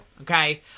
Okay